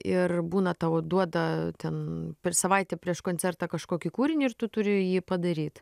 ir būna tau duoda ten per savaitę prieš koncertą kažkokį kūrinį ir tu turi jį padaryt